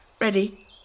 Ready